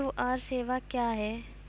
QR सेवा क्या हैं?